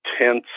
tense